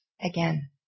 again